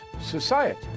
society